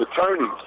attorneys